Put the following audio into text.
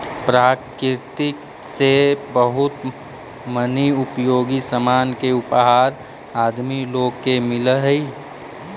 प्रकृति से बहुत मनी उपयोगी सामान के उपहार आदमी लोग के मिलऽ हई